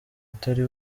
utari